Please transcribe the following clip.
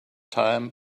time